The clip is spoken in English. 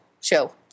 show